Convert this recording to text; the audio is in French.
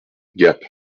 gap